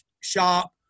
shop